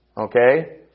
Okay